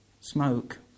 Smoke